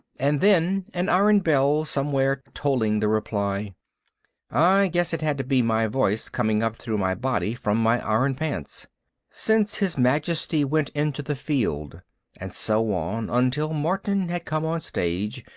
and then an iron bell somewhere tolling the reply i guess it had to be my voice coming up through my body from my iron pants since his majesty went into the field and so on, until martin had come on stage,